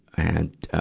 and,